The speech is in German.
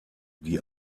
die